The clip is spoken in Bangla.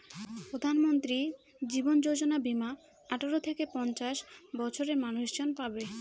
প্রধানমন্ত্রী জীবন যোজনা বীমা আঠারো থেকে পঞ্চাশ বছরের মানুষজন পাবে